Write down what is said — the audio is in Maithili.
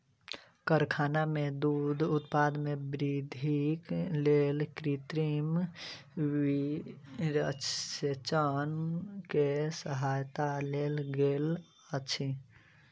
कारखाना में दूध उत्पादन में वृद्धिक लेल कृत्रिम वीर्यसेचन के सहायता लेल गेल अछि